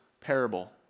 parable